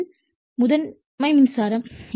ஏ வில் முதன்மை மின்சாரம்